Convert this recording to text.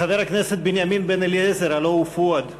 חבר הכנסת בנימין בן-אליעזר, הלוא הוא פואד,